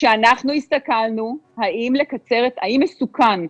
כשאנחנו הסתכלנו האם מסוכן,